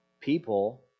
people